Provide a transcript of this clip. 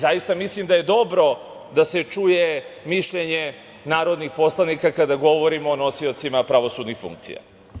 Zaista mislim da je dobro da se čuje mišljenje narodnih poslanika kada govorimo o nosiocima pravosudnih funkcija.